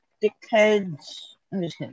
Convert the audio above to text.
dickheads